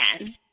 again